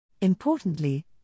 Importantly